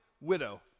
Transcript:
widow